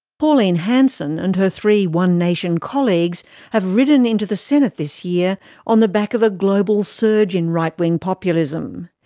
pauline hanson and her three one nation colleagues have ridden into the senate this year on the back of a global surge in right-wing populism.